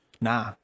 Nah